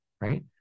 right